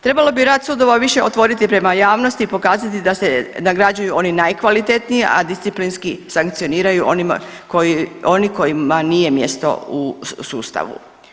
Trebalo bi rad sudova više otvoriti prema javnosti i pokazati da se nagrađuju oni najkvalitetniji, a disciplinski sankcioniraju oni koji, oni kojima nije mjestu u sustavu.